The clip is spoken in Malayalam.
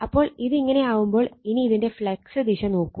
അപ്പോൾ ഇത് ഇങ്ങനെയാവുമ്പോൾ ഇനി ഇതിന്റെ ഫ്ളക്സ് ദിശ നോക്കൂ